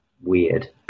weird